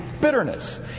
bitterness